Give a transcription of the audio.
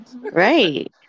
Right